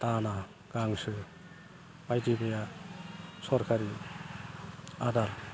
दाना गांसो बायदि मैया सरकारि आदार